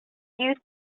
few